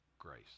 grace